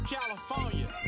California